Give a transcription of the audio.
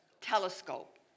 telescope